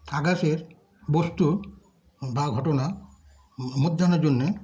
আকাশের বস্তু বা ঘটনা অধ্যয়নের জন্যে